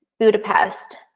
budapest,